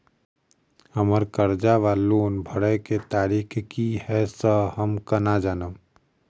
हम्मर कर्जा वा लोन भरय केँ तारीख की हय सँ हम केना जानब?